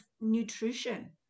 Nutrition